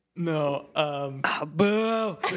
No